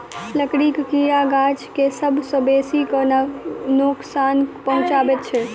लकड़ीक कीड़ा गाछ के सभ सॅ बेसी क नोकसान पहुचाबैत छै